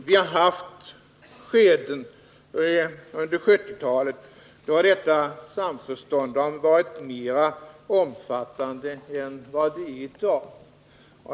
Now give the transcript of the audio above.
Vi har haft skeden under 1970-talet då detta samförstånd har varit mer omfattande än vad det är i dag.